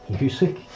Music